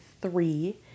three